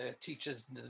teacher's